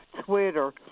Twitter